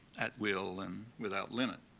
at will and without limit.